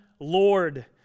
Lord